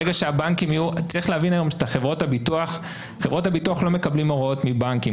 צריך להבין היום שחברות הביטוח לא מקבלות הוראות מבנקים,